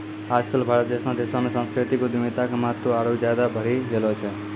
आज कल भारत जैसनो देशो मे सांस्कृतिक उद्यमिता के महत्त्व आरु ज्यादे बढ़ि गेलो छै